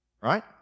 right